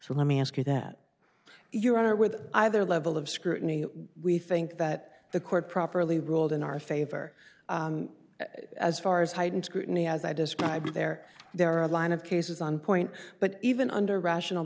so let me ask you that your honor with either level of scrutiny we think that the court properly ruled in our favor as far as heightened scrutiny as i described there there are a line of cases on point but even under rational